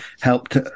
helped